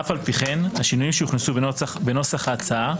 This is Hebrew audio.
אף על פי כן, השינויים שהוכנסו בנוסח ההצעה,